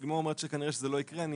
לימור אומרת שכנראה שזה לא יקרה.